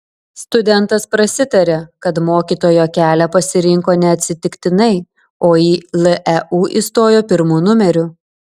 studentas prasitaria kad mokytojo kelią pasirinko neatsitiktinai o į leu įstojo pirmu numeriu